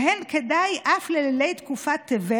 והן כדאי אף ללילי תקופת טבת.